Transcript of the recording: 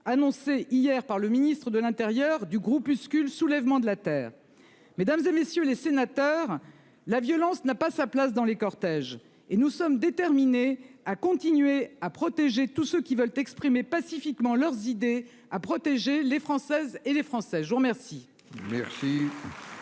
annoncée hier par le ministre de l'intérieur du groupuscule soulèvements de la Terre, mesdames et messieurs les sénateurs. La violence n'a pas sa place dans les cortèges et nous sommes déterminés à continuer à protéger tous ceux qui veulent exprimer pacifiquement leurs idées à protéger les Françaises et les Français. Je vous remercie.